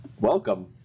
Welcome